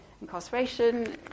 incarceration